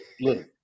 Look